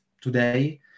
today